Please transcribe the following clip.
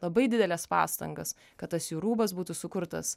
labai dideles pastangas kad tas jų rūbas būtų sukurtas